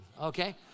okay